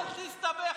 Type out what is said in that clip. אל תסתבך.